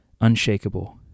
unshakable